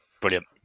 Brilliant